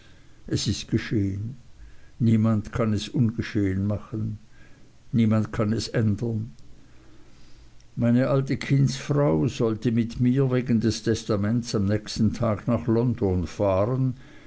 es ist geschehen niemand kann es ungeschehen machen niemand kann es ändern meine alte kindsfrau sollte mit mir wegen des testaments am nächsten tag nach london fahren